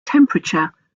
temperature